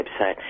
website